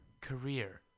career